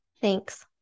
Thanks